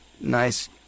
nice